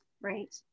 right